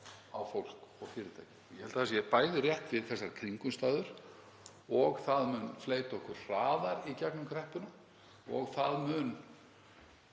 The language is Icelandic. á fólk og fyrirtæki. Ég held að það sé rétt við þessar kringumstæður, það mun fleyta okkur hraðar í gegnum kreppuna og það mun